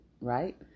right